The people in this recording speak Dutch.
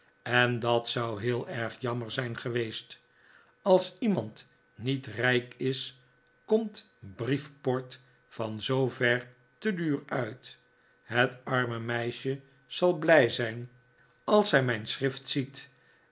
en dat zou heel erg jammer zijn geweest als iemand niet rijk is komt briefport van zoover te duur uit het arme meisje zal blij zijn als zij mijn schrift ziet